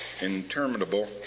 interminable